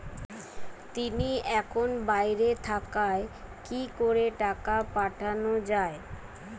তিনি এখন বাইরে থাকায় কি করে টাকা পাঠানো য়ায়?